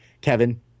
Kevin